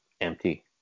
empty